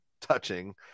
touching